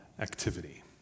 activity